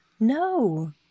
No